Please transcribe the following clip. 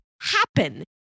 happen